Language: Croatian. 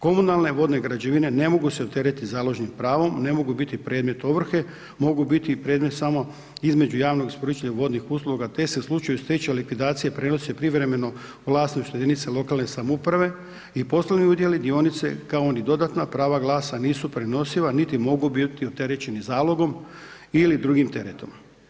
Komunalne vodne građevine, ne mogu se opteretiti založenim pravom, ne mogu biti predmet ovrhe mogu biti predmet samo između javnog isporučitelja vodnih usluga, te se u slučaju stečaja ili likvidacije, prenose privremeno vlasništvo jedinice lokalne samouprave i poslovni udjeli, dionice kao i dodatna prava glasa nisu prenosiva niti mogu biti opterećeni zalogom ili drugim teretom.